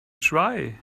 try